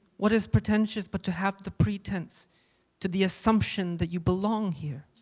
what is pretentious but to have the pretense to the assumption that you belong here?